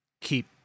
keep